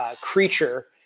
creature